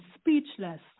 speechless